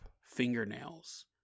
fingernails